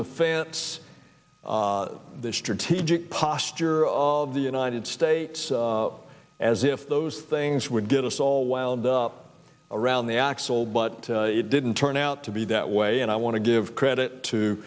defense the strategic posture of the united states as if those things would get us all welled up around the axle but it didn't turn out to be that way and i want to give credit to